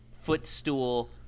Footstool